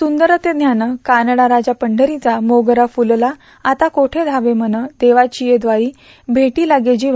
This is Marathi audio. सुंदरते ध्यान क्वनडा राजा पंढरीचा मोगरा फूलला आता क्वेठे धावे मन देवाचिये द्वारी भेटी लागे जीवा